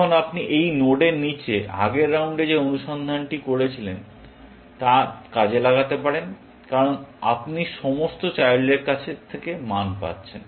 এখন আপনি এই নোডের নীচে আগের রাউন্ডে যে অনুসন্ধানটি করেছিলেন তা কাজে লাগাতে পারেন কারণ আপনি সমস্ত চাইল্ডদের কাছ থেকে মান পাচ্ছেন